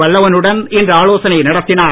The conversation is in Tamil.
வல்லவனுடன் இன்று ஆலோசனை நடத்தினார்